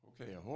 Okay